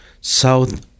South